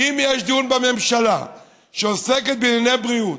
אם יש דיון בממשלה שעוסק בענייני בריאות,